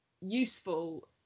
useful